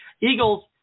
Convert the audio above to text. Eagles